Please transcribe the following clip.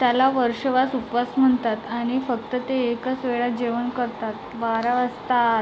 त्याला वर्षवास उपवास म्हणतात आणि फक्त ते एकाच वेळा जेवण करतात बारा वाजता आत